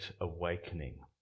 awakening